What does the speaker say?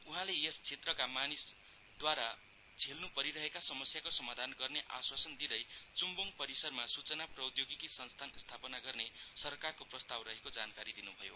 उहाँले यस क्षेत्रका मानिसहरूद्वारा झोल्न् परिरहेका समस्यको समाधान गर्ने आश्वासन दिँदै चुम्बुङ परिसरमा सूचना प्रौद्योगिकी संस्थान स्थापना गर्ने सरकारको प्रस्ताव रहेको जानकारी दिनुभयो